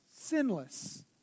Sinless